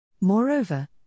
Moreover